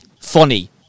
funny